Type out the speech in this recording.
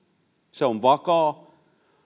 se on vakaa